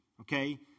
okay